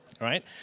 Right